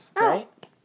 right